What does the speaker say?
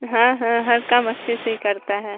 हाँ हाँ हर काम अच्छे से ही करता है